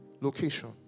location